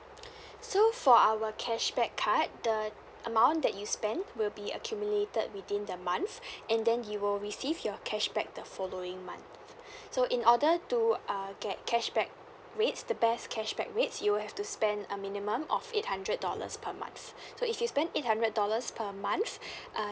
so for our cashback card the amount that you spend will be accumulated within the month and then you will receive your cashback the following month so in order to uh get cashback rates the best cashback rates you will have to spend a minimum of eight hundred dollars per month so if you spent eight hundred dollars per month uh